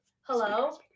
Hello